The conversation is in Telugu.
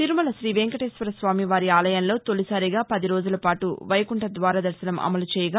తిరుమల శ్రీవేంకటేశ్వర స్వామివారి ఆలయంలో తొలిసారిగా పది రోజులపాటు వైకుంఠద్వార దర్శనం అమలు చేయగా